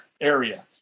area